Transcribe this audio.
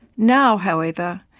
now, however,